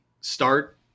start